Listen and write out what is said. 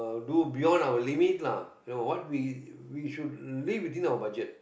do beyond our limit lah you know what we we should live within our budget